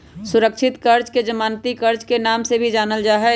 सुरक्षित कर्ज के जमानती कर्ज के नाम से भी जानल जाहई